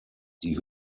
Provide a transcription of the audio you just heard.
die